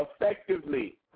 effectively